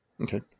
Okay